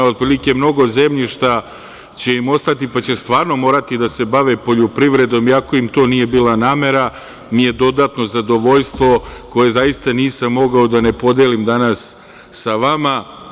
Otprilike, mnogo zemljišta će im ostati, pa će stvarno morati da se bave poljoprivredom, iako im to nije bila namera, mi je dodatno zadovoljstvo koje zaista nisam mogao da ne podelim danas sa vama.